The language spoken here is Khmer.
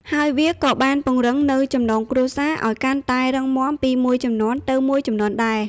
ហើយវាក៏បានពង្រឹងនូវ ចំណងគ្រួសារ ឲ្យកាន់តែរឹងមាំពីមួយជំនាន់ទៅមួយជំនាន់ដែរ។